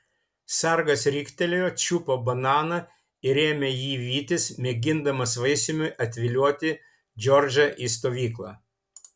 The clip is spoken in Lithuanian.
sargas riktelėjo čiupo bananą ir ėmė jį vytis mėgindamas vaisiumi atvilioti džordžą į stovyklą